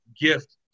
gift